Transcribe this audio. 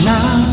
Now